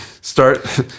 Start